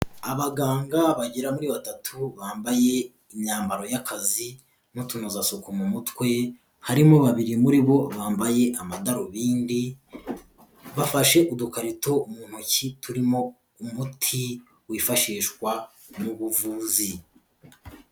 Abaganga bagera muri batatu bambaye imyambaro y'akazi n'utunozasuku mu mutwe, harimo babiri muri bo bambaye amadarubindi, bafashe udukarito mu ntoki turimo umuti wifashishwa mu buvuzi.